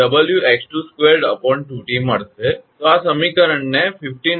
તો આ સમીકરણ ને 59 કહો છો ખરુ ને